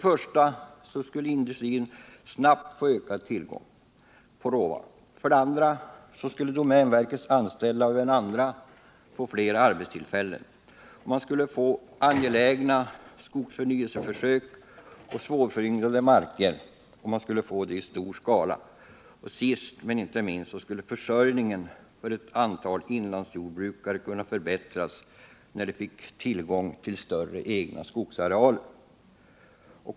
Industrin skulle snabbt få ökad tillgång på råvara. 2. Domänverkets anställda och även andra skulle få fler arbetstillfällen. 3. Angelägna skogsförnyelseförsök på svårföryngrade marker skulle ske i stor skala. 4. Försörjningen för ett antal inlandsjordbrukare skulle förbättras när de fick tillgång till större egna skogsarealer.